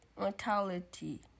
mortality